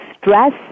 stress